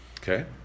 okay